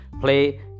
play